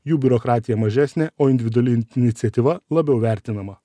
jų biurokratija mažesnė o individuali iniciatyva labiau vertinama